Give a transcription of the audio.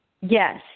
Yes